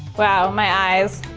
wow, my eyes.